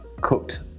cooked